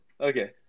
okay